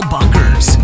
Bunkers